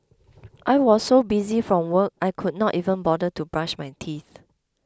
I was so busy from work I could not even bother to brush my teeth